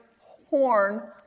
Horn